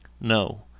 No